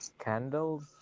candles